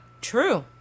True